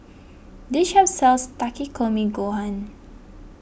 this shop sells Takikomi Gohan